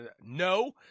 No